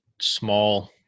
small